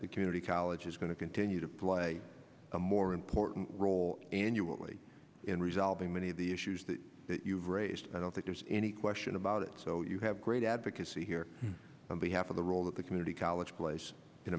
the community college is going to continue to play a more important role annually in resolving many of the issues that you've raised i don't think there's any question about it so you have great advocacy here on behalf of the role that the community college place in